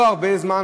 לא הרבה זמן,